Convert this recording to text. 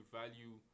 value